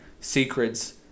secrets